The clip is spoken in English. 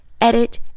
edit